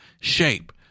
shape